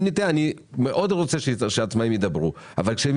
אני מאוד רוצה שהעצמאים ידברו אבל כשהם